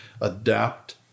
adapt